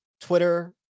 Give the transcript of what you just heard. Twitter